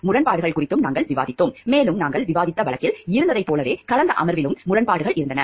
முரண்பாடுகள் குறித்தும் நாங்கள் விவாதித்தோம் மேலும் நாங்கள் விவாதித்த வழக்கில் இருந்ததைப் போலவே கடந்த அமர்விலும் முரண்பாடுகள் இருந்தன